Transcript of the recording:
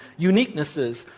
uniquenesses